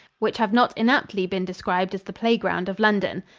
which have not inaptly been described as the play-ground of london.